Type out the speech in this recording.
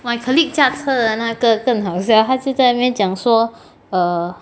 my colleague 驾车的那个更好笑他就在那边讲说 err